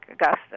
Augusta